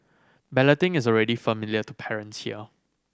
balloting is already familiar to parents here